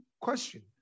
question